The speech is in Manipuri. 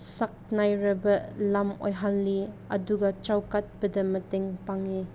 ꯁꯛꯅꯥꯏꯔꯕ ꯂꯝ ꯑꯣꯏꯍꯜꯂꯤ ꯑꯗꯨꯒ ꯆꯥꯎꯈꯠꯄꯗ ꯃꯇꯦꯡ ꯄꯥꯡꯉꯤ